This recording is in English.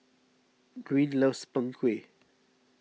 Greene loves Png Kueh